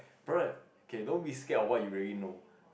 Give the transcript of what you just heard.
by right okay don't be scare what are you really know